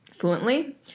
fluently